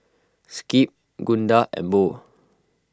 Skip Gunda and Bo